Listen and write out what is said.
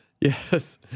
Yes